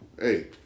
Hey